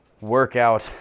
workout